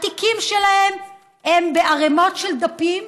התיקים שלהם הם בערמות של דפים.